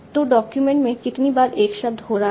तो डॉक्यूमेंट में कितनी बार एक शब्द हो रहा है